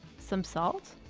some salt,